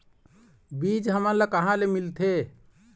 बीज हमन ला कहां ले मिलथे?